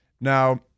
Now